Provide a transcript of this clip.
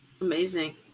Amazing